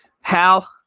Hal